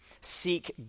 seek